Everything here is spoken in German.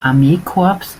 armeekorps